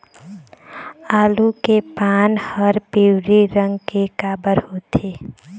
आलू के पान हर पिवरी रंग के काबर होथे?